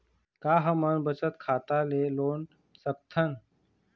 का हमन बचत खाता ले लोन सकथन?